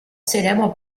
célèbre